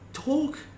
Talk